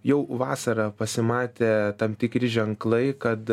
jau vasarą pasimatė tam tikri ženklai kad